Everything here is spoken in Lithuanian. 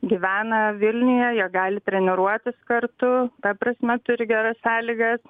gyvena vilniuje jie gali treniruotis kartu ta prasme turi geras sąlygas